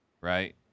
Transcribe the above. right